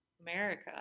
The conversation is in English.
America